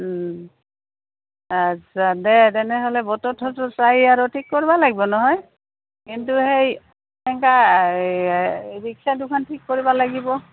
আচ্ছা দে তেনেহ'লে বতৰতো চাই আৰু ঠিক কৰিব লাগিব নহয় কিন্তু সেই সেনকা এই ৰিক্সা দুখন ঠিক কৰিব লাগিব